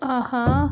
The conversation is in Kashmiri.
آہا